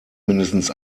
mindestens